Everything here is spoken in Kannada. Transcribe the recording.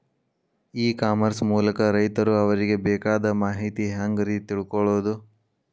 ಇ ಕಾಮರ್ಸ್ ಮೂಲಕ ರೈತರು ಅವರಿಗೆ ಬೇಕಾದ ಮಾಹಿತಿ ಹ್ಯಾಂಗ ರೇ ತಿಳ್ಕೊಳೋದು?